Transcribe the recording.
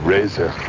Razor